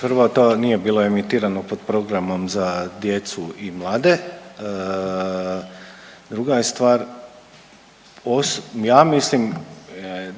prvo to nije bilo emitirano pod programom za djecu i mlade. Druga je stvar, ja mislim